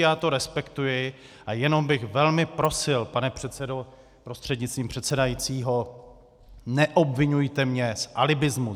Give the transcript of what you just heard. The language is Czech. Já to respektuji a jenom bych velmi prosil, pane předsedo prostřednictvím předsedajícího, neobviňujte mě z alibismu.